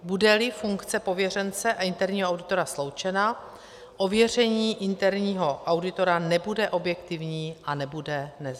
Budeli funkce pověřence a interního auditora sloučena, ověření interního auditora nebude objektivní a nebude nezávislé.